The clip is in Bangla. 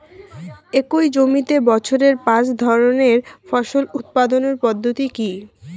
একই জমিতে বছরে পাঁচ ধরনের ফসল উৎপাদন পদ্ধতি কী?